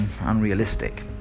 unrealistic